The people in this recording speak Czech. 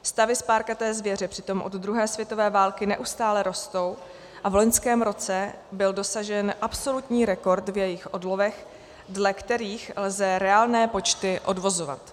Stavy spárkaté zvěře přitom od druhé světové války neustále rostou a v loňském roce byl dosažen absolutní rekord v jejich odlovech, dle kterých lze reálné počty odvozovat.